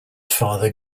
father